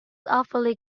awfully